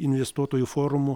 investuotojų forumų